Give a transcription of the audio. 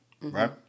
right